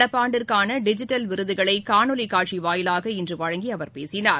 நடப்பாண்டிற்னான digital விருதுகளை காணொலி காட்சி வாயிலாக இன்று வழங்கி அவர் பேசினார்